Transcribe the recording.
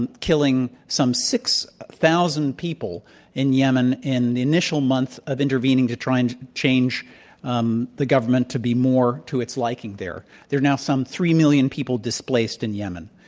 and killing some six thousand people in yemen in the initial months of intervening to try and change um the government to be more to its liking there. there are now some three million people displaced in yemen.